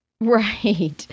Right